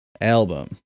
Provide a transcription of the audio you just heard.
album